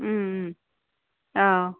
অঁ